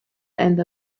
and